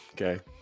okay